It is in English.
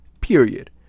period